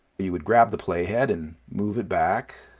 you would grab the playhead and move it back